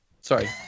Sorry